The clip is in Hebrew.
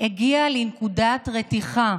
הגיעה לנקודת רתיחה,